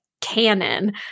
canon